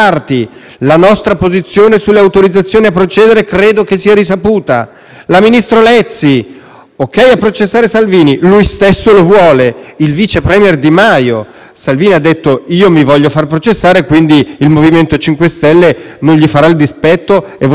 «Ok a processo Salvini, lui stesso lo vuole»; il vice *premier* Di Maio: «Salvini ha detto "io mi voglio far processare" e quindi il MoVimento 5 Stelle non gli farà un dispetto e voterà sì alla richiesta di autorizzazione a procedere»; e infine il giramondo Di Battista: «Salvini rinunci all'immunità».